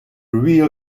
real